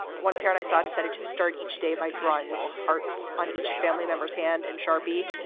one parent i saw decided to start each day by drawing little hearts on each family member's hand in sharpie.